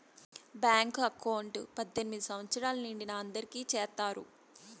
bank account పద్దెనిమిది సంవచ్చరాలు నిండిన అందరికి చేత్తారు